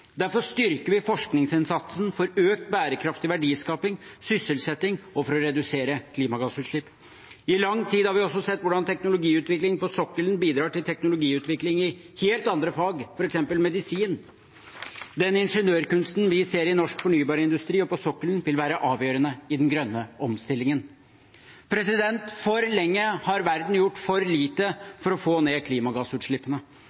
Derfor styrker vi forskningsinnsatsen for økt bærekraftig verdiskaping, sysselsetting og for å redusere klimagassutslipp. I lang tid har vi også sett hvordan teknologiutvikling på sokkelen bidrar til teknologiutvikling i helt andre fag, f.eks. medisin. Den ingeniørkunsten vi ser i norsk fornybarindustri og på sokkelen, vil være avgjørende i den grønne omstillingen. For lenge har verden gjort for